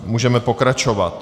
Můžeme pokračovat.